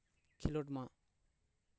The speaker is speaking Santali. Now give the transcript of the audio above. ᱠᱷᱮᱞᱳᱰ ᱢᱟ